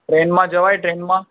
ટ્રેનમાં જવાય ટ્રેનમાં